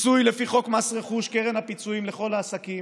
פיצוי לפי חוק מס רכוש קרן הפיצויים לכל העסקים,